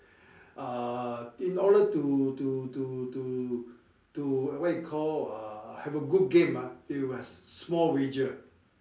uh in order to to to to to what you call uh have a good game ah they must small wager